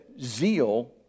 zeal